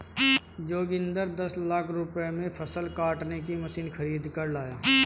जोगिंदर दस लाख रुपए में फसल काटने की मशीन खरीद कर लाया